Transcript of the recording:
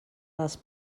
dels